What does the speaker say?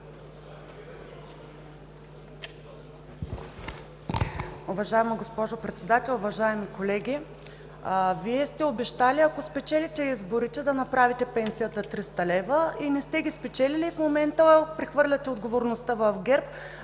Вие сте обещали, ако спечелите изборите да направите пенсията 300 лв. Не сте ги спечелили и в момента прехвърляте отговорността в ГЕРБ.